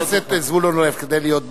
חבר הכנסת זבולון אורלב, כדי להיות ברור,